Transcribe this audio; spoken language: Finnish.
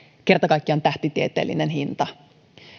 kerta kaikkiaan tähtitieteellinen hinta